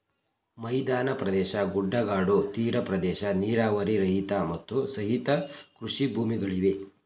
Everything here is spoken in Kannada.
ಮೈದಾನ ಪ್ರದೇಶ, ಗುಡ್ಡಗಾಡು, ತೀರ ಪ್ರದೇಶ, ನೀರಾವರಿ ರಹಿತ, ಮತ್ತು ಸಹಿತ ಕೃಷಿ ಭೂಮಿಗಳಿವೆ